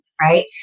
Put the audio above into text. Right